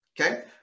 Okay